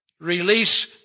release